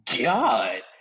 God